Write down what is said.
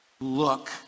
look